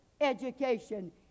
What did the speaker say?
education